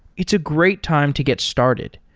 it's a great time to get started.